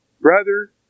brother